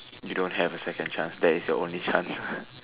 you don't have a second chance that is your only chance